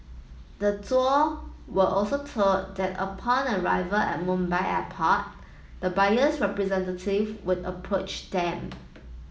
the Duo were also told that upon arrival at Mumbai Airport the buyer's representative would approach them